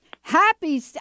Happy